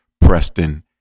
Preston